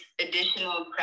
additional